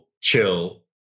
chill